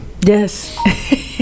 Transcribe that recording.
Yes